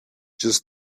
just